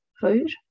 food